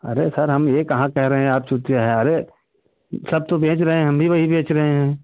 अरे सर हम ये कहाँ कह रहे हैं आप है अरे सब तो बेच रहे हैं हम भी वही बेच रहे हैं